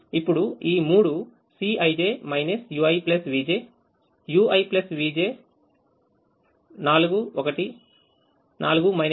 ఇప్పుడు ఈ 3 Cij uivj uivj is 4 1 3 గా మారింది